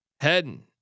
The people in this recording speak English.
Heading